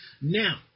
Now